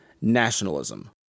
Nationalism